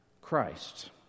Christ